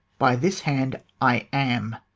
by this hand, i am.